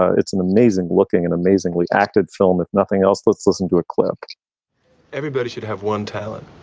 it's an amazing looking and amazingly acted film, if nothing else. let's listen to a clip everybody should have one talent.